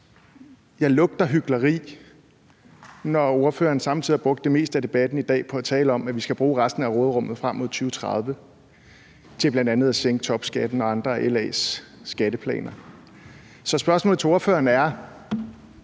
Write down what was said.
jeg lugter hykleri, når ordføreren samtidig har brugt det meste af debatten i dag på at tale om, at vi skal bruge resten af råderummet frem mod 2030 til bl.a. at sænke topskatten og andre af LA's skatteplaner. Så spørgsmålet til ordføreren er: